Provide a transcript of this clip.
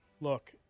Look